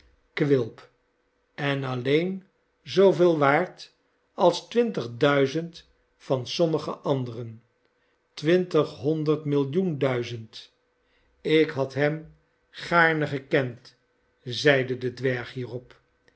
quilp en alleen zooveel waard als twintig duizend van sommige anderen twintighonderd millioen duizend ik had hem gaarne gekend zeide de dwerg hierop